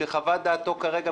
שחוות דעתו כרגע,